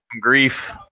grief